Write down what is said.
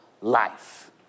life